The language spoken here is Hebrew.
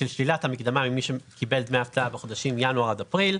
לשלילת המקדמה ממי שקיבל דמי אבטלה בחודשים ינואר עד אפריל.